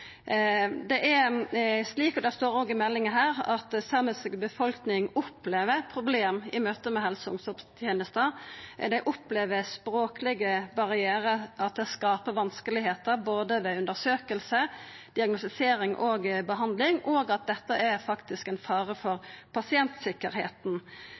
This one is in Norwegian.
står også i meldinga – problem i møte med helse- og omsorgstenesta. Dei opplever språklege barrierar, at det skaper vanskar ved undersøking, diagnostisering og behandling, og at dette faktisk er ein fare